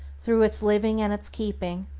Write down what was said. through its living and its keeping,